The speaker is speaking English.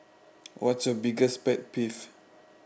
what's your biggest pet peeve